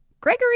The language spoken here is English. Gregory